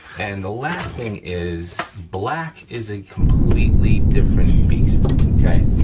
and the last thing is, black is a completely different beast okay?